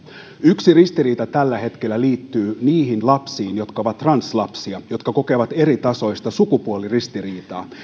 yksi ristiriita tällä hetkellä liittyy niihin lapsiin jotka ovat translapsia jotka kokevat eritasoista sukupuoliristiriitaa